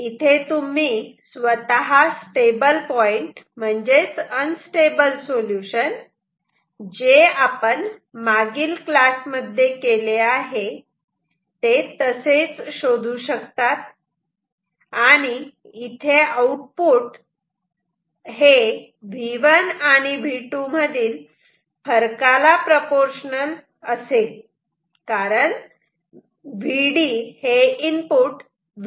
इथे तुम्ही स्वतः स्टेबल पॉईंट म्हणजेच अनस्टेबल सोल्युशन जे आपण मागील क्लास मध्ये केले आहे ते तसेच शोधू शकतात आणि इथे आऊटपुट हे V1 आणि V2 मधील फरकाला प्रोपोर्शनल असेल कारण Vd V2 V1 आहे